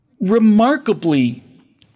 remarkably